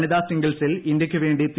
വനിതാ സിംഗിൾസിൽ ഇന്ത്യയ്ക്കുവേണ്ടി പി